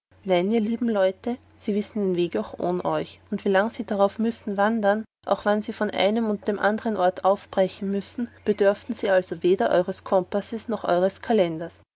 nein ihr lieben leute sie wissen den weg ohn euch und wie lang sie darauf müssen wandern auch wann sie von einem und dem andern ort aufbrechen müssen bedörfen also weder eures kompasses noch eures kalenders